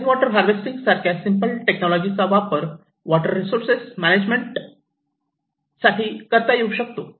rain water harvesting यासारख्या simple टेक्नॉलॉजीचा वापर वॉटर रिसोर्सेस मॅनेजमेंट साठी करता येऊ शकतो